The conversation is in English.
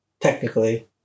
technically